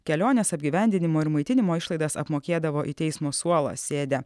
kelionės apgyvendinimo ir maitinimo išlaidas apmokėdavo į teismo suolą sėdę